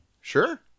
Sure